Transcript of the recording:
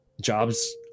Jobs